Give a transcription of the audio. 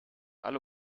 alle